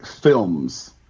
films